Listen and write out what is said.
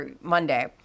Monday